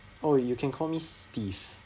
oh you can call me steve